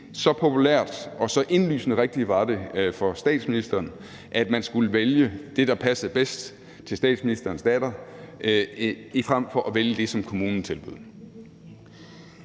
så populært og indlysende rigtigt var det for statsministeren, at hun skulle vælge det, som passede bedst til hendes datter, frem for at vælge det, som kommunen tilbød.